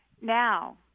Now